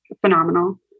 phenomenal